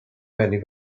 valley